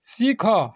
ଶିଖ